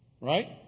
Right